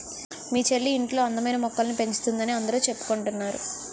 మీ చెల్లి ఇంట్లో అందమైన మొక్కల్ని పెంచుతోందని అందరూ చెప్పుకుంటున్నారు